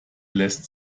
lässt